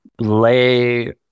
lay